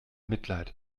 mitleid